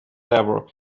lever